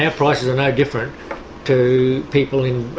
yeah prices are no different to people in